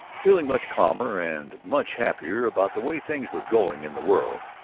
feeling much calmer, and much happier about the way things were going in the world.